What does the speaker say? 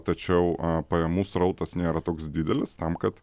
tačiau pajamų srautas nėra toks didelis tam kad